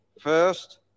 First